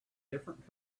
different